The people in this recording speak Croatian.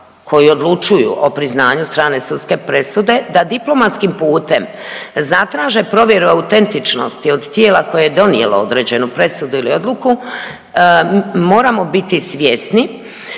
koji odlučuju o priznanju strane sudske presude da diplomatskim putem zatraže provjeru autentičnosti od tijela koje je donijelo određenu presudu ili odluku, moramo biti svjesni